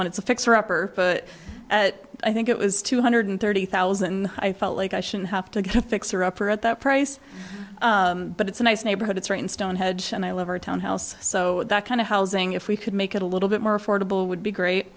one it's a fixer upper but i think it was two hundred thirty thousand i felt like i should have to get fixer upper at that price but it's a nice neighborhood it's right in stonehenge and i love our town house so that kind of housing if we could make it a little bit more affordable would be great